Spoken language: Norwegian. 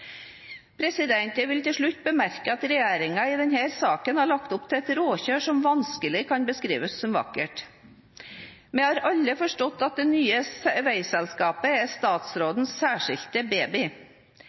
Jeg vil til slutt bemerke at regjeringen i denne saken har lagt opp til et råkjør som vanskelig kan beskrives som «vakkert». Vi har alle forstått at det nye veiselskapet er statsrådens særskilte